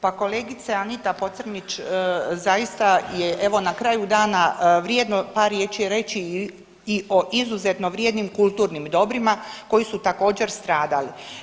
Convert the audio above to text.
Pa kolegice Anita Pocrnić zaista je evo na kraju dana vrijedno par riječi reći i o izuzetno vrijednim kulturnim dobrima koji su također stradali.